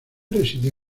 residió